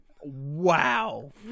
Wow